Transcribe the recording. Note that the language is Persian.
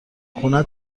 خونه